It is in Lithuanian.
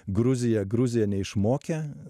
gruzija gruzija neišmokė